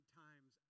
times